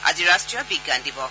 আজি ৰাষ্ট্ৰীয় বিজ্ঞান দিৱস